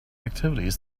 activities